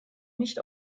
nicht